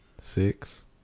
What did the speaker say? Six